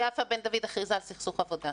שיפה בן דוד הכריזה על סכסוך עבודה.